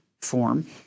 form